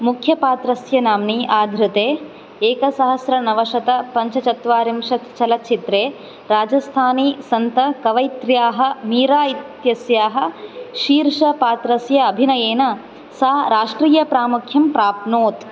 मुख्यपात्रस्य नाम्नि आधृते एकसहस्र नवशत पञ्चचत्वारिंशत् चलचित्रे राजस्थानी सन्त कवयित्र्याः मीरा इत्यस्याः शीर्षपात्रस्य अभिनयेन सा राष्ट्रियप्रामुख्यं प्राप्नोत्